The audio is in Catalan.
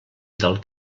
del